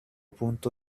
punto